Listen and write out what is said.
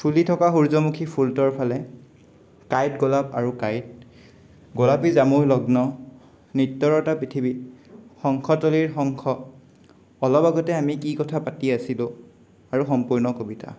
ফুলি থকা সূৰ্যমুখী ফুলটোৰ ফালে কাঁইট গোলাপ আৰু কাঁইট গোলাপী জামুৰ লগ্ন নৃত্যৰতা পৃথিৱী হংসতলিৰ হংস অলপ আগতে আমি কি কথা পাতি আছিলোঁ আৰু সম্পূৰ্ণ কবিতা